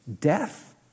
death